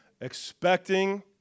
expecting